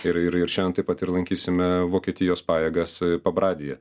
ir ir ir šen taip pat ir lankysime vokietijos pajėgas pabradėje